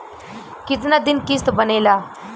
कितना दिन किस्त बनेला?